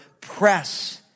press